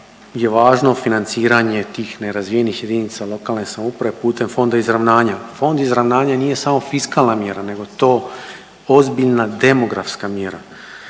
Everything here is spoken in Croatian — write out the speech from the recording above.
je važno financiranje tih nerazvijenih jedinica lokalne samouprave putem Fonda izravnanja. Fond izravnanja nije samo fiskalna mjera, nego je to ozbiljna demografska mjera.